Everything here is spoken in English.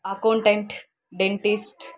accountant dentist